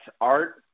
art